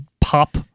Pop